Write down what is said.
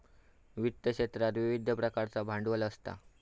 वित्त क्षेत्रात विविध प्रकारचा भांडवल असता